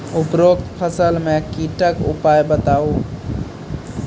उपरोक्त फसल मे कीटक उपाय बताऊ?